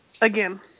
again